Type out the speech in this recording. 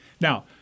Now